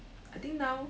I think now